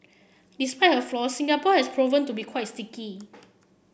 despite her flaws Singapore has proven to be quite sticky